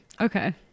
Okay